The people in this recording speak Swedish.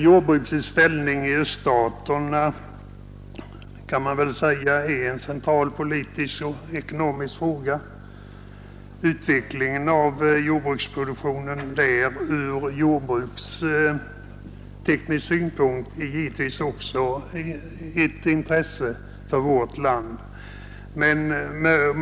Jordbruksutställning i öststaterna kan man väl säga är en centralpolitisk och ekonomisk fråga. Utvecklingen av jordbruksproduktionen ur jordbruksteknisk synpunkt är givetvis också av intresse för vårt land.